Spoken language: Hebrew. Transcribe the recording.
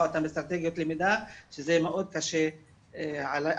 אותם באסטרטגיות למידה כי זה מקשה עליהם,